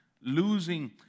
Losing